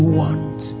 want